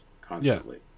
constantly